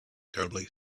terribly